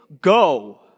go